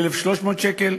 ל-1,300 שקל,